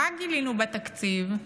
מה גילינו בתקציב?